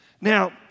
Now